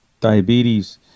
diabetes